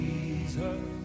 Jesus